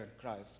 Christ